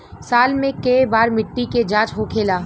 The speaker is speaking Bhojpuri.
साल मे केए बार मिट्टी के जाँच होखेला?